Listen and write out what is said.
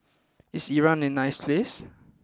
is Iran a nice place